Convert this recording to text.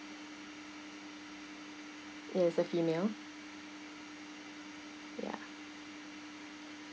it is a female ya